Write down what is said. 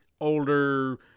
older